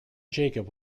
jacob